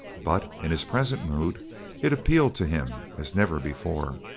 but in his present mood it appealed to him as never before.